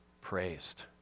praised